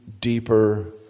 deeper